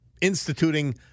Instituting